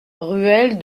ruelle